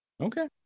okay